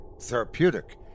therapeutic